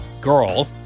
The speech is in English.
girl